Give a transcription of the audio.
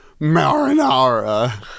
marinara